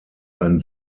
ein